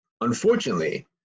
Unfortunately